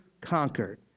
conquered